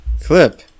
Clip